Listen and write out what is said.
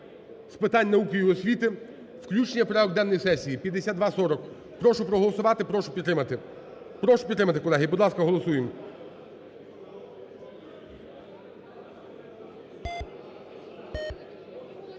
з питань науки і освіти. Включення в порядок денний сесії 5240. Прошу проголосувати, прошу підтримати. Прошу підтримати, колеги. Будь ласка, голосуємо.